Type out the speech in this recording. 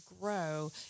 grow